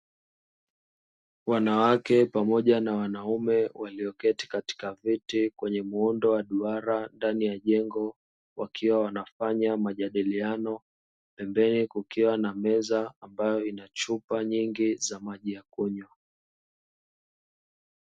Wanawake pamoja na wanaume walioketi katika viti kwenye muundo wa duara ndani ya jengo, wakiwa wanafanya majadiliano, na mbele kukiwa na meza ambayo ina chupa nyingi za maji ya kunywa.